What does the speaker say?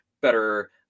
better